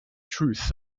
truth